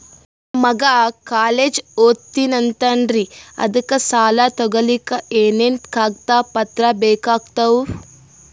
ನನ್ನ ಮಗ ಕಾಲೇಜ್ ಓದತಿನಿಂತಾನ್ರಿ ಅದಕ ಸಾಲಾ ತೊಗೊಲಿಕ ಎನೆನ ಕಾಗದ ಪತ್ರ ಬೇಕಾಗ್ತಾವು?